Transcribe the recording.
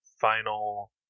final